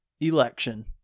Election